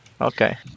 okay